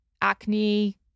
Acne